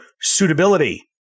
suitability